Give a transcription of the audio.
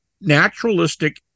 Naturalistic